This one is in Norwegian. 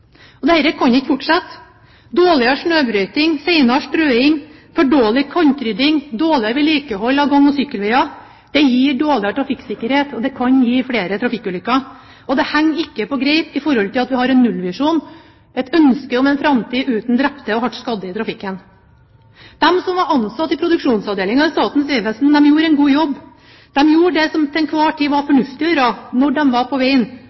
vi rett. Dette kan ikke fortsette. Dårligere snøbrøyting, senere strøing, for dårlig kantrydding og dårligere vedlikehold av gang- og sykkelveier gir dårligere trafikksikkerhet, og det kan gi flere trafikkulykker. Det henger ikke på greip når vi har en nullvisjon, et ønske om en framtid uten drepte og hardt skadde i trafikken. De som var ansatt i produksjonsavdelingen i Statens vegvesen, gjorde en god jobb. De gjorde det som til enhver tid var fornuftig å gjøre når de var på veien,